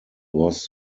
was